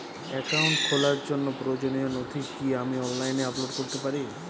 Account খোলার জন্য প্রয়োজনীয় নথি কি আমি অনলাইনে আপলোড করতে পারি?